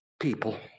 people